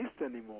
anymore